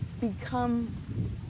become